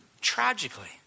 Tragically